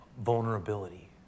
vulnerability